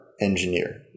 engineer